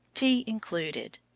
tea included.